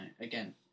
again